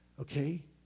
Okay